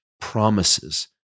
promises